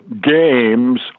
games